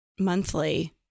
monthly